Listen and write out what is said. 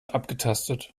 abgetastet